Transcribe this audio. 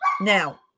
Now